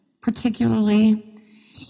particularly